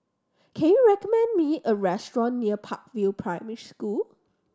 can you recommend me a restaurant near Park View Primary School